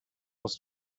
was